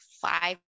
five